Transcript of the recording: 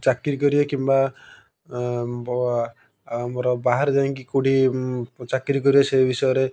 ଚାକିରୀ କରିବେ କିମ୍ବା ଆମର ବାହାରେ ଯାଇକି କେଉଁଠି ଚାକିରୀ କରିବା ସେଇ ବିଷୟରେ